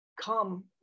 come